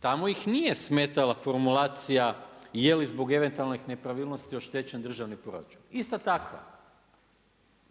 Tamo ih nije smetala formulacije, je li zbog eventualnih nepravilnosti oštećen državni proračun. Ista takva.